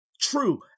true